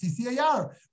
CCAR